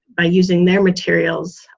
by using their materials,